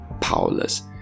powerless